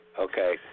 okay